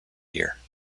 year